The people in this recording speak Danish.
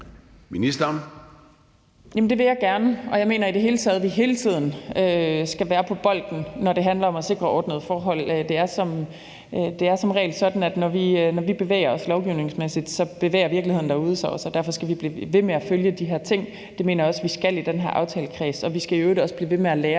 Halsboe-Jørgensen): Det vil jeg gerne, og jeg mener i det hele taget, at vi hele tiden skal være på bolden, når det handler om at sikre ordnede forhold. Det er som regel sådan, at når vi bevæger os lovgivningsmæssigt, bevæger virkeligheden derude sig også, og derfor skal vi blive ved med at følge de her ting. Det mener jeg også vi skal i den her aftalekreds, og vi skal i øvrigt også blive ved med at lære